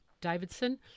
Davidson